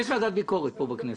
יש ועדת ביקורת פה בכנסת,